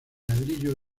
ladrillo